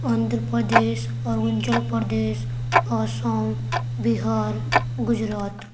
Andhra Pradesh Arunachal Pradesh Assam Bihar Gujarat